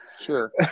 sure